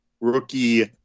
rookie